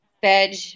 veg